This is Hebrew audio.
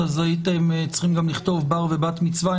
אז הייתם צריכים גם לכתוב בר ובת מצווה.